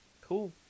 Cool